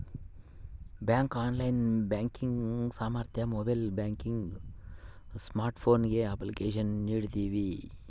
bank online banking ಸಾಮರ್ಥ್ಯ mobile banking smartphone application ನೀಡ್ತವೆ